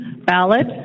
ballot